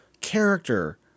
character